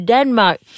Denmark